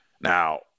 Now